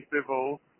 civil